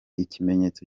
ikimenyetso